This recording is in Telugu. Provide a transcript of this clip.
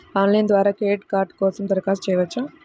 ఆన్లైన్ ద్వారా క్రెడిట్ కార్డ్ కోసం దరఖాస్తు చేయవచ్చా?